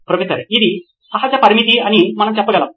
professor ఇది సహజ పరిమితి అని మనము చెప్పగలం